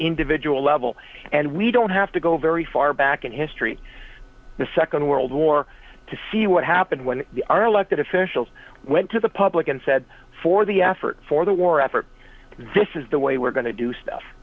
individual level and we don't have to go very far back in history the second world war to see what happened when our elected officials went to the public and said for the effort for the war effort this is the way we're going to do stuff